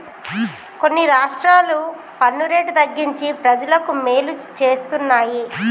కొన్ని రాష్ట్రాలు పన్ను రేటు తగ్గించి ప్రజలకు మేలు చేస్తున్నాయి